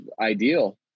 ideal